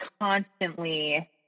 constantly